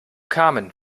carmen